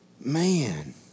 Man